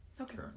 Okay